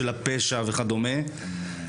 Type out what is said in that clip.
על הפשע וכדומה אצלם,